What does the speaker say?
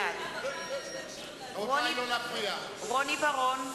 בעד רוני בר-און,